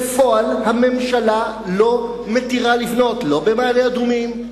בפועל הממשלה לא מתירה לבנות, לא במעלה-אדומים,